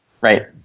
Right